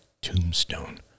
tombstone